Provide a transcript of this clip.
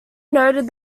noted